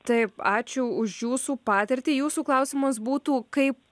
taip ačiū už jūsų patirtį jūsų klausimas būtų kaip